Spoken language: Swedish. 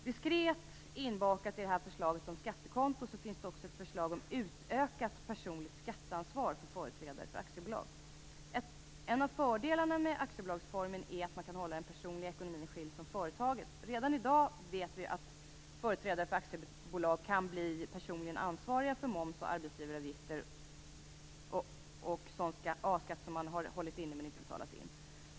Diskret inbakat i förslaget om skattekonto finns det också ett förslag om utökat personligt skatteansvar för företrädare för aktiebolag. En av fördelarna med aktiebolagsformen är att man kan hålla den personliga ekonomin skild från företagets. Redan i dag vet vi att företrädare för ett aktiebolag kan bli personligt ansvariga för moms, arbetsgivareavgifter och A-skatt som är innehållen men som man inte har betalat in.